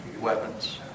weapons